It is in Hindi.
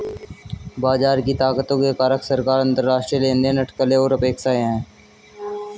बाजार की ताकतों के कारक सरकार, अंतरराष्ट्रीय लेनदेन, अटकलें और अपेक्षाएं हैं